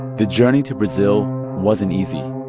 the journey to brazil wasn't easy,